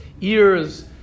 ears